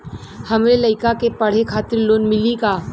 हमरे लयिका के पढ़े खातिर लोन मिलि का?